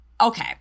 Okay